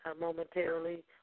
momentarily